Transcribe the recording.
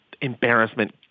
Embarrassment